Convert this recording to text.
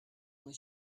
with